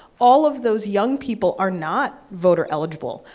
all of those young people are not voter-eligible,